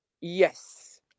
Yes